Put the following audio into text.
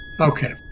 Okay